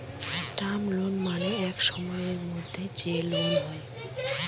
term loan মানে এক সময়ের মধ্যে যে লোন হয়